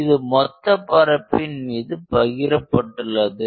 இது மொத்த பரப்பின் மீது பகிரப்பட்டுள்ளது